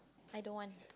I don't want